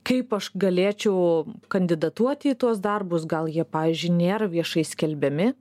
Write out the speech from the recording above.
kaip aš galėčiau kandidatuoti į tuos darbus gal jie pavyzdžiui nėra viešai skelbiami